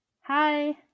Hi